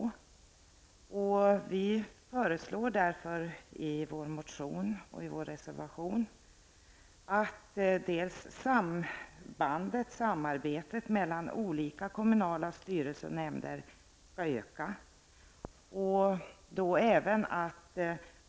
Vi i vänsterpartiet föreslår därför i vår motion och reservation att samarbetet mellan olika kommunala styrelser och nämnder skall öka.